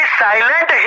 silent